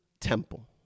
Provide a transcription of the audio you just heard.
temple